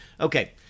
Okay